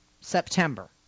September